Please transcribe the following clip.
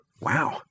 wow